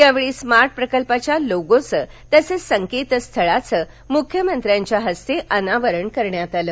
यावेळी स्मार्ट प्रकल्पाच्या लोगोचं तसंच संकेतस्थळाचं मुख्यमंत्र्यांच्या हस्ते अनावरण करण्यात आलं